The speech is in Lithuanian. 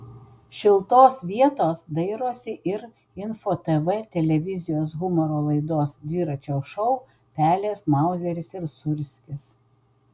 šiltos vietos dairosi ir info tv televizijos humoro laidos dviračio šou pelės mauzeris ir sūrskis